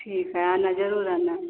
ठीक है आना जरूर आना